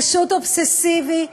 פשוט אובססיבי.